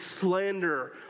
slander